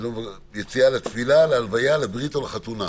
יציאה לתפילה, להלוויה, לברית או לחתונה,